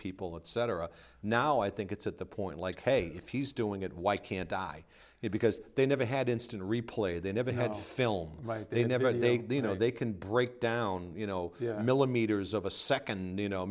people and cetera now i think it's at the point like hey if he's doing it why can't die because they never had instant replay they never had film they never they you know they can break down you know millimeters of a second new you know